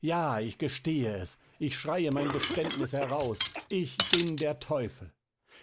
ja ich gestehe es ich schreie mein geständnis heraus ich bin der teufel